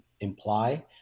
imply